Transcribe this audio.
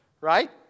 Right